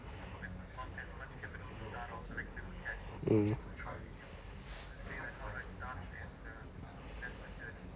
mm